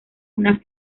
una